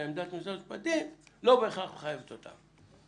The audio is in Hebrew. עמדת משרד המשפטים לא בהכרח מחייבת אותם.